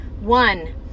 One